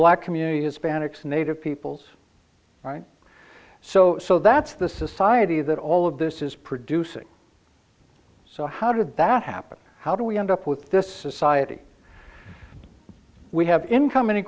black community it's panix native peoples right so so that's the society that all of this is producing so how did that happen how do we end up with this society we have income